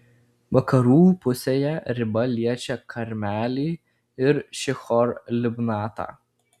vakarų pusėje riba liečia karmelį ir šihor libnatą